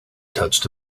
touched